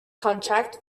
contract